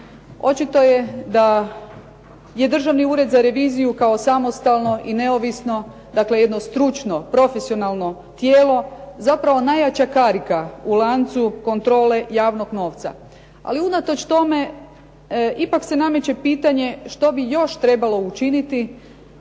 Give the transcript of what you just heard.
Očito je da je Državni ured za reviziju kao samostalno i neovisno, dakle jedno stručno, profesionalno tijelo zapravo najjača karika u lancu kontrole javnog novca. Ali unatoč tome, ipak se nameće pitanje što bi još trebalo učiniti,